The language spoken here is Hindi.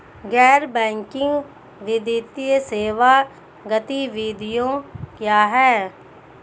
गैर बैंकिंग वित्तीय सेवा गतिविधियाँ क्या हैं?